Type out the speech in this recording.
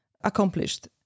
accomplished